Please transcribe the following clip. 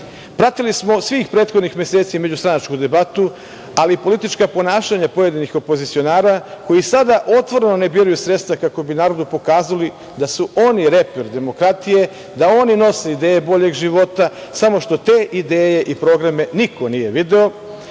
ulice. Pratili smo svih prethodnih meseci međustranačku debatu, ali i politička ponašanja pojedinih opozicionara koji sada otvoreno ne biraju sredstva kako bi narodu pokazali da su oni reper demokratije, da oni nose ideje boljeg života, samo što te ideje i programe niko nije video,